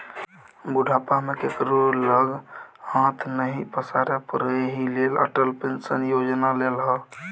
बुढ़ापा मे केकरो लग हाथ नहि पसारै पड़य एहि लेल अटल पेंशन योजना लेलहु